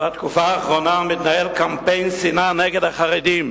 בתקופה האחרונה מתנהל קמפיין שנאה נגד החרדים.